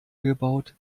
gebaut